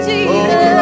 Jesus